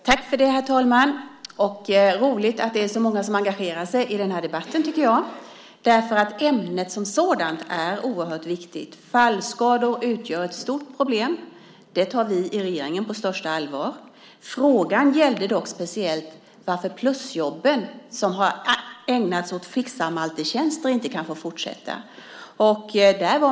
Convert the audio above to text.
Herr talman! Det är roligt att så många engagerar sig i denna debatt, tycker jag. Ämnet som sådant är oerhört viktigt. Fallskador utgör ett stort problem. Det tar vi i regeringen på största allvar. Frågan gällde dock speciellt varför plusjobben som har ägnats åt Fixar-Malte-tjänster inte kan få fortsätta.